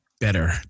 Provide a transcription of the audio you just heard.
better